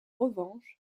revanche